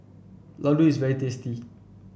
Ladoo is very tasty